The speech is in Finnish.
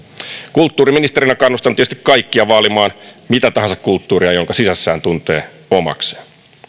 kulttuuriministerinä kannustan tietysti kaikkia vaalimaan mitä tahansa kulttuuria jonka sisässään tuntee omakseen